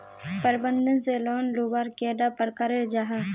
प्रबंधन से लोन लुबार कैडा प्रकारेर जाहा?